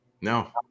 No